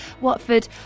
Watford